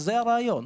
זה הרעיון.